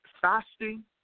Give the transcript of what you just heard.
fasting